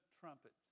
trumpets